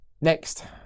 Next